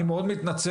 אני מאוד מתנצל,